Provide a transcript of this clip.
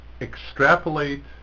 extrapolate